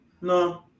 no